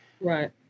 Right